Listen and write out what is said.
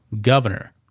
governor